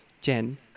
Jen